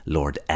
Lord